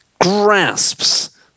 grasps